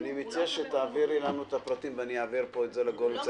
אני מציע שתעבירי לנו את הפרטים ואני אעביר אותם לגורמים המטפלים.